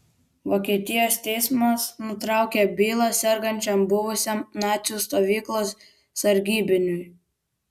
vokietijos teismas nutraukė bylą sergančiam buvusiam nacių stovyklos sargybiniui